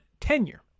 tenure